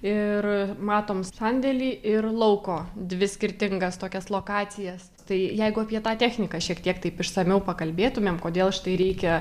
ir matom sandėlį ir lauko dvi skirtingas tokias lokacijas tai jeigu apie tą techniką šiek tiek taip išsamiau pakalbėtumėm kodėl štai reikia